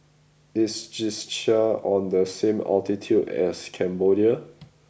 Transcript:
is Czechia on the same latitude as Cambodia